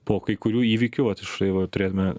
po kai kurių įvykių vat iš šai va turėjome